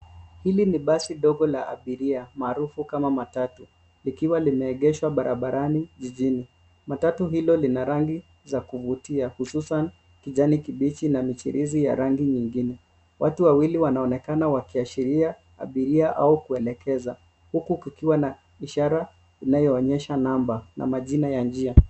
Hili ni basi dogo la abiria maarufu kama matatu likiwa limeegeshwa barabarani jijini. Matatu hilo lina rangi za kuvutia hususani kijani kibichi na michirizi ya rangi zingine. Watu wawili wanaonekana wakishiria abiria au kuelekeza huku kukiwa na ishara inayoonyesha namba na majina ya njia.